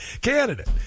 candidate